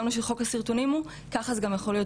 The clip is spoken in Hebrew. פה השלכות הרות גורל על חיים של אנשים.